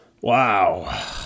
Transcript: wow